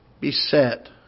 beset